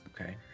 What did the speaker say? Okay